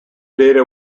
data